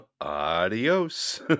Adios